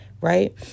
right